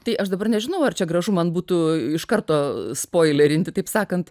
tai aš dabar nežinau ar čia gražu man būtų iš karto spoilerinti taip sakant